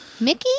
Mickey